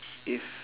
if